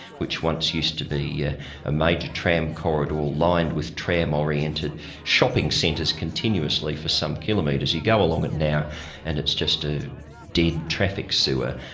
which once used to be ah a major tram corridor lined with tram-oriented shopping centres continuously for some kilometres you go along it now and it's just a dead traffic sewer.